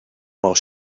while